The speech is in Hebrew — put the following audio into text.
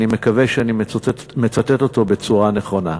אני מקווה שאני מצטט אותו בצורה נכונה.